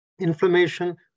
inflammation